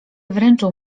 wręczył